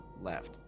left